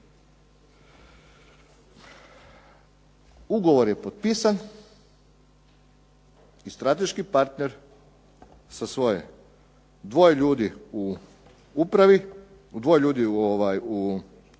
Ugovor je potpisan i strateški partner sa svoje dvoje ljudi u upravi, dvoje ljudi od 7 u